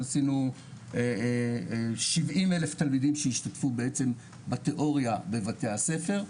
עשינו 70,000 תלמידים שהשתתפו בעצם בתיאוריה בבתי הספר,